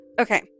Okay